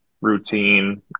routine